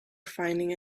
finding